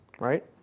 right